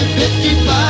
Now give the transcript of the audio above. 55